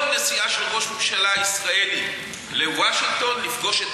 כל נסיעה של ראש ממשלה ישראלי לוושינגטון לפגוש את